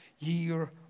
Year